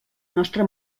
nostra